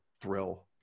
thrill